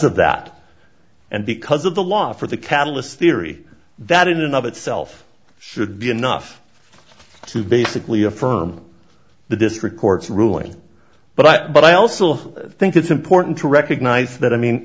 of that and because of the law for the catalyst theory that in and of itself should be enough to basically affirm the district court's ruling but i also think it's important to recognize that i mean